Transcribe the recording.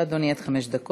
בבקשה, אדוני, עד חמש דקות.